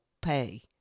pay